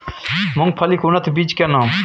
मूंगफली के उन्नत बीज के नाम?